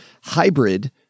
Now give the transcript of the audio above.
hybrid